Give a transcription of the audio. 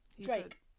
Drake